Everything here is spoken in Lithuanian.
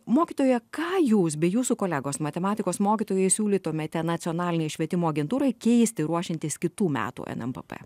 mokytoja ką jūs bei jūsų kolegos matematikos mokytojai siūlytumėte nacionalinei švietimo agentūrai keisti ruošiantis kitų metų nmpp